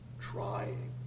trying